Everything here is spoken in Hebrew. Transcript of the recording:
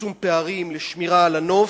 לצמצום פערים, לשמירה על הנוף,